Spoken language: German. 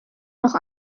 noch